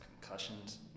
concussions